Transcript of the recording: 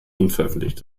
unveröffentlicht